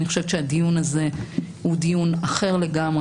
אני חושבת שהדיון הזה הוא דיון אחר לגמרי